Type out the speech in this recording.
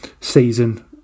season